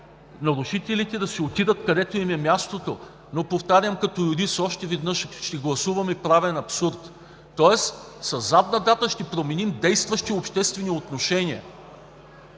нарушителите да отидат където им е мястото. Но повтарям, като юрист: още веднъж ще гласуваме правен абсурд, тоест със задна дата ще променим действащи обществени отношения.